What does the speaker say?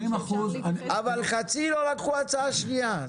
אבל חצי לא לקחו הצעה שניה.